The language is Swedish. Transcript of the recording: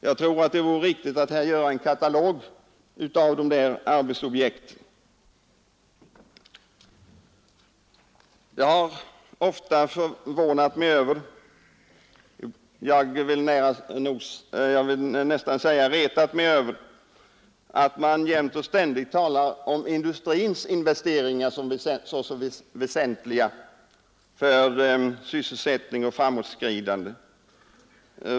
Jag tror att det vore riktigt att göra en katalog över sådana arbetsuppgifter. Jag har ofta förvånat mig över — jag vill nästan säga retat mig över — att man jämt och ständigt talar om industrins investeringar såsom väsentliga för sysselsättning och framåtskridande.